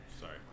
Sorry